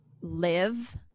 live